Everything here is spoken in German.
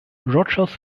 rogers